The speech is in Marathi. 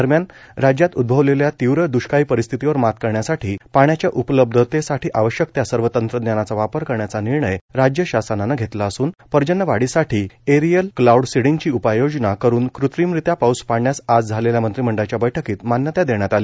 दरम्यान राज्यात उदभवलेल्या तीव्र द्रष्काळी परिस्थितीवर मात करण्यासाठी पाण्याच्या उपलब्धतेसाठी आवश्यक त्या सर्व तंत्रज्ञानाचा वापर करण्याचा निर्णय राज्य शासनाने घेतला असून पर्जन्यवाढीसाठी एरियल क्लाऊड सीडिंगची उपाययोजना करून कृत्रिमरित्या पाऊस पाडण्यास आज झालेल्या मंत्रिमंडळाच्या बैठकीत मान्यता देण्यात आली